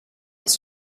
his